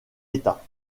état